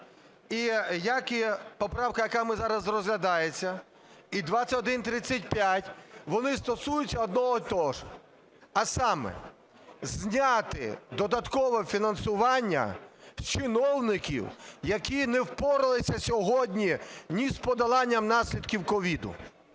і поправка, яка нами зараз розглядається, і 2135, вони стосуються одного і того ж. А саме: зняти додаткове фінансування чиновників, які не впоралися сьогодні ні з подоланням наслідків COVID,